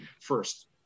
first